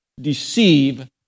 deceive